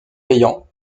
payant